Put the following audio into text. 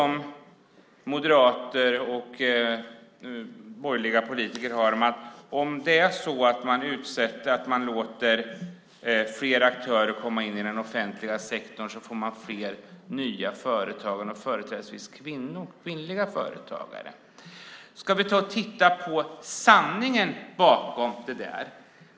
Moderater och borgerliga politiker har en vision om att låta fler aktörer komma in i den offentliga sektorn. Det ska då bli fler nya företagare, företrädesvis kvinnliga företagare. Låt oss se på sanningen bakom detta.